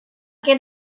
get